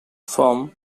from